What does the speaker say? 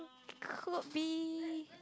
could be